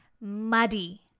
muddy